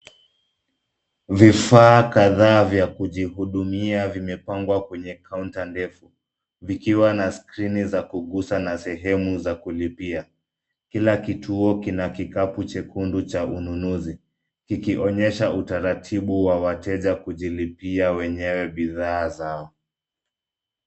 Vifaa kadhaa vya kujihudumia vimepangwa kwenye kaunta ndefu, vikiwa na skrini za kugusa na sehemu za kulipia. Kila kituo kina kikapu chekundu cha ununuzi, kikionyesha utaratibu wa wateja kujilipia wenyewe bidhaa zao.